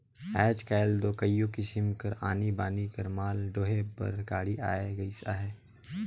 आएज काएल दो कइयो किसिम कर आनी बानी कर माल डोहे बर गाड़ी आए गइस अहे